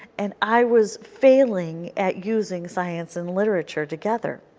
and i was failing at using science and literature together.